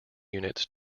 units